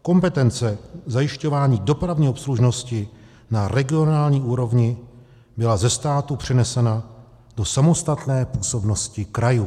Kompetence v zajišťování dopravní obslužnosti na regionální úrovni byla ze státu přenesena do samostatné působnosti krajů.